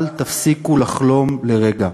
אל תפסיקו לחלום לרגע.